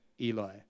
Eli